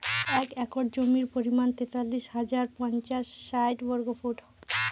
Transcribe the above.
এক একর জমির পরিমাণ তেতাল্লিশ হাজার পাঁচশ ষাট বর্গফুট